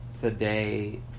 today